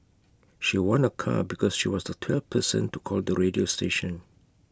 she won A car because she was the twelfth person to call the radio station